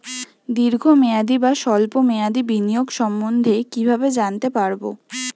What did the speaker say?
দীর্ঘ মেয়াদি বা স্বল্প মেয়াদি বিনিয়োগ সম্বন্ধে কীভাবে জানতে পারবো?